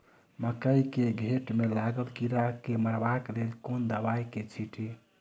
मकई केँ घेँट मे लागल कीड़ा केँ मारबाक लेल केँ दवाई केँ छीटि?